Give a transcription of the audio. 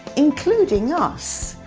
including us.